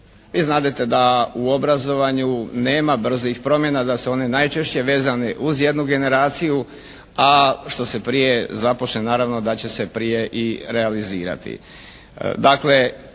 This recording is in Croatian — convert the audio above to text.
znadete da u obrazovanju nema brzih promjena, da se one najčešće vezane uz jednu generaciju, a što se prije zaposle naravno da će se prije i realizirati.